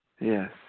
Yes